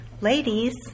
Ladies